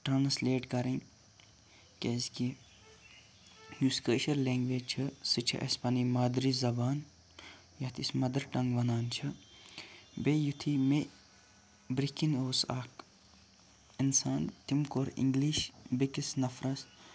translate کَرٕنۍ کیازکہِ یُس کٲشِر لینٛگویٚج چھِ سُہ چھِ اَسہِ پَنٕنۍ مادری زَبان یَتھ أسۍ مَدَر ٹنٛگ وَنان چھِ بیٚیہِ یُتھُے مےٚ بِرونٛہہ کِنۍ اوس اَکھ اِنسان تٔمۍ کوٚر اِنگلِش بیٚکِس نَفرس